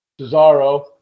Cesaro